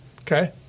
Okay